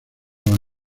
las